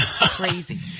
crazy